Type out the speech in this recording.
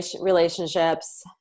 relationships